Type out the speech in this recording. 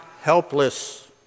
helpless